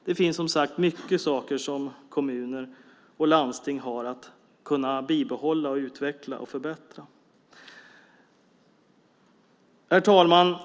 Det finns som sagt mycket saker som kommuner och landsting har att bibehålla, utveckla och förbättra. Herr talman!